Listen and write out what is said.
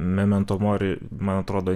memento mori man atrodo